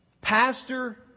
Pastor